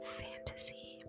fantasy